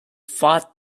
fought